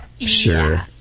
Sure